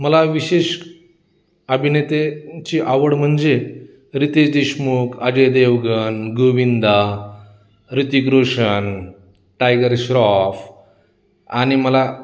मला विशेष अभिनेतेेची आवड म्हणजे रितेश देशमुख अजय देवगन गोविंदा रितिक रोषन टायगर श्रॉफ आणि मला